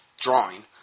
drawing